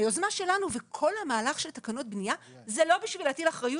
היוזמה שלנו וכל המהלך של תקנות בנייה לא היה כדי להטיל אחריות,